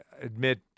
admit